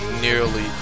nearly